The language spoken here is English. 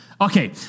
Okay